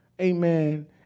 Amen